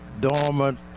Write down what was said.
dormant